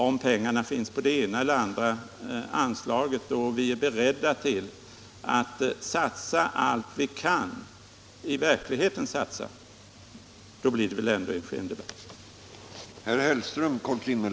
Om pengarna finns eller tas på det ena eller andra anslaget — och vi är beredda att i verkligheten satsa allt vi kan — så kan det ju inte spela någon väsentlig roll.